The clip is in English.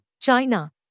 China